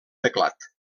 teclat